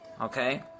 Okay